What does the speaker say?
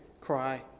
cry